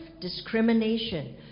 discrimination